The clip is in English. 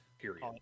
period